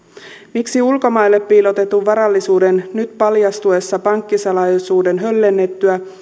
miksi ulkomaille piilotetun varallisuuden nyt paljastuessa kun pankkisalaisuus on höllentynyt